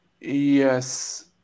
Yes